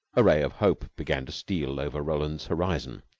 a ray of hope began to steal over roland's horizon.